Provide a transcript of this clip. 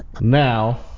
Now